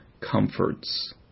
comforts